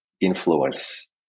influence